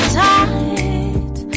tight